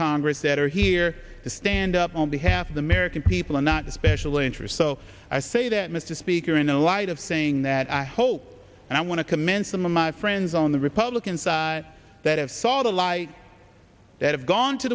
congress that are here to stand up on behalf of the american people and not the special interest so i say that mr speaker in the light of saying that i hope and i want to commend some of my friends on the republican side that have saw the lie that have gone to